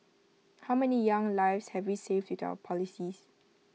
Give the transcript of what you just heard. how many young lives have we saved with our policies